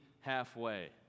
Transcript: halfway